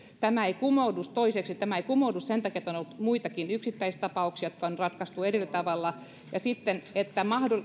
toiseksi tämä ei kumoudu sen takia että on ollut muitakin yksittäistapauksia jotka on ratkaistu eri tavalla ja sitten